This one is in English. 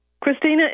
Christina